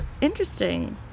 interesting